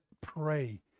pray